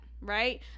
right